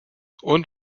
und